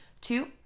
Two